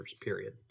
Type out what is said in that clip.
period